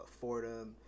Fordham